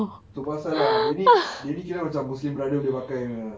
tu pasal lah dia ni dia ni kira macam muslim brother boleh pakai punya ah